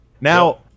Now